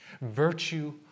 Virtue